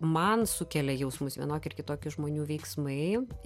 man sukelia jausmus vienokie ar kitokie žmonių veiksmai